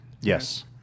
yes